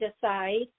decide